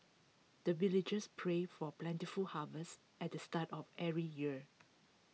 the villagers pray for plentiful harvest at the start of every year